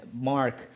Mark